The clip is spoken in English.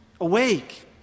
awake